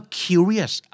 curious